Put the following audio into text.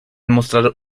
mostrar